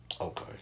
Okay